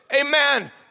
Amen